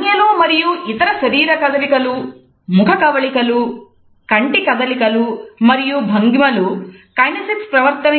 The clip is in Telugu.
సంజ్ఞలు మరియు ఇతర శరీర కదలికలు ముఖ కవళికలు కంటి కదలికలు మరియు భంగిమలను కైనేసిక్స్ను